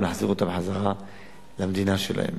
ולהחזיר אותם למדינה שלהם.